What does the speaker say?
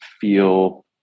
feel